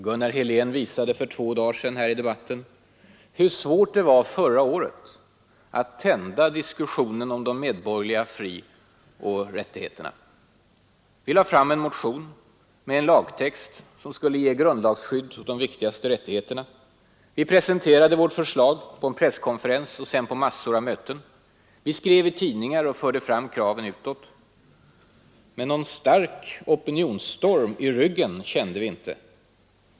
Gunnar Helén visade för två dagar sedan här i debatten hur svårt det var förra året att tända diskussionen om de medborgerliga frioch rättigheterna. Vi lade fram en motion med en lagtext som skulle ge grundlagsskydd åt de viktigaste rättigheterna. Vi presenterade vårt förslag på en presskonferens och sedan på massor av möten. Vi skrev i tidningar och förde fram kraven utåt. Men någon stark opinionsstorm i ryggen kände vi inte.